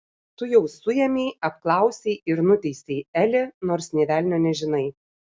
tu jau suėmei apklausei ir nuteisei elį nors nė velnio nežinai